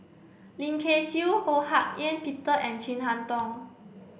Lim Kay Siu Ho Hak Ean Peter and Chin Harn Tong